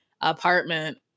apartment